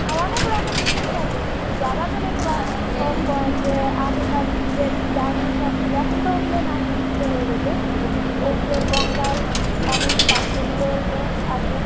হ্যাঁ অনেক রকম জিনিস আছে তুমি যাবে তো দেখবে ক যে আগেকার যে ডাইনোসর ছিলো এখন তো ওগুলো নাই বিলুপ্ত হয়ে গেছে ওগুলোর কঙ্কাল অনেক পাখিগুলোরও আছে